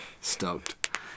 Stoked